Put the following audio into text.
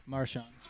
Marshawn